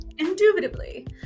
Indubitably